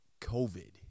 covid